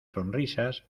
sonrisas